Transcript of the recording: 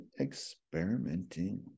experimenting